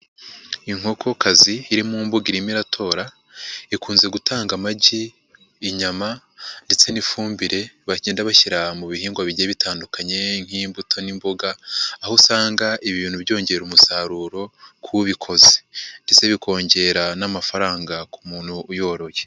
Inkokokazi iri mu mbuga irimo iratora, ikunze gutanga amagi, inyama ndetse n'ifumbire bagenda bashyira mu bihingwa bigiye bitandukanye nk'imbuto n'imboga, aho usanga ibi bintu byongera umusaruro k'ubikoze ndetse bikongera n'amafaranga ku muntu uyoroye.